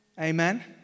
amen